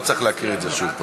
אז לא צריך להקריא את זה שוב.